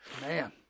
Man